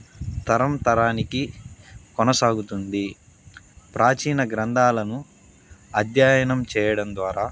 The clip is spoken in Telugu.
తరం తరానికి కొనసాగుతుంది ప్రాచీన గ్రంధాలను అధ్యయనం చేయడం ద్వారా